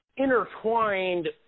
intertwined